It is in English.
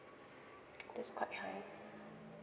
that's quite high